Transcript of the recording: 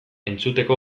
entzuteko